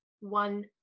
one